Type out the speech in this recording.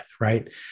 right